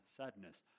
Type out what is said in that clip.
sadness